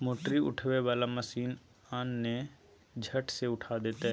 मोटरी उठबै बला मशीन आन ने झट सँ उठा देतौ